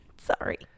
sorry